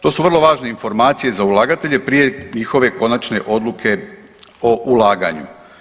To su vrlo važne informacije za ulagatelje prije njihove konačne odluke o ulaganju.